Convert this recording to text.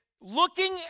looking